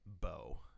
bow